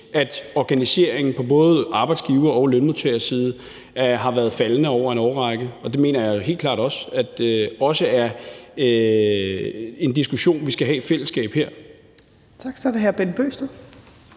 at organiseringen på både arbejdsgiver- og lønmodtagerside har været faldende over en årrække. Det mener jeg helt klart også er en diskussion, vi skal have i fællesskab her. Kl. 16:17 Fjerde